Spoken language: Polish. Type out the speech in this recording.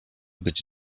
być